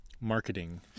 marketing